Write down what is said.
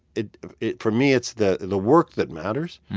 it it for me, it's the the work that matters,